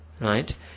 right